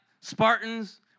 Spartans